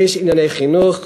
יש ענייני חינוך,